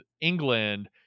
england